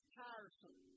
tiresome